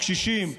קשישים,